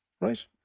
right